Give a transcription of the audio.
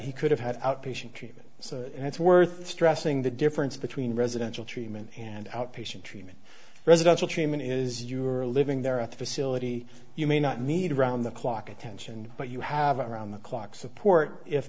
he could have had outpatient treatment and it's worth stressing the difference between residential treatment and outpatient treatment residential treatment is you are living there at the facility you may not need round the clock attention but you have around the clock support if